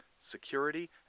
Security